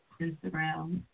Instagram